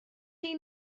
chi